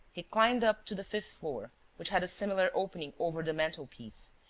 he climbed up to the fifth floor, which had a similar opening over the mantel-piece,